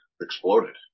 exploded